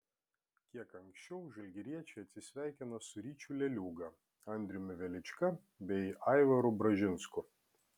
kiek anksčiau žalgiriečiai atsisveikino su ryčiu leliūga andriumi velička bei aivaru bražinsku